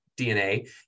DNA